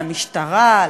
למשטרה,